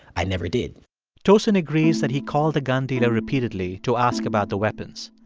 i never did tosin agrees that he called the gun dealer repeatedly to ask about the weapons.